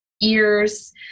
ears